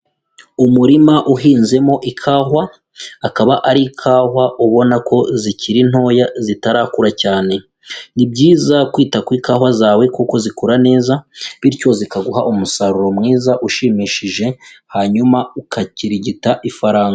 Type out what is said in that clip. Umurima uhinzemo ikahwa, akaba ari kahwa ubona ko zikiri ntoya zitarakura cyane, ni byiza kwita ku ikahwa zawe kuko zikura neza bityo zikaguha umusaruro mwiza ushimishije, hanyuma ukakirigita ifaranga.